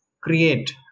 create